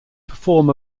perform